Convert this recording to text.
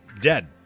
dead